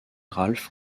ralph